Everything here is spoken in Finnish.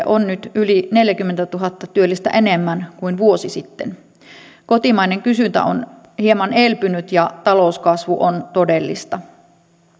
on nyt yli neljäkymmentätuhatta työllistä enemmän kuin vuosi sitten kotimainen kysyntä on hieman elpynyt ja talouskasvu on todellista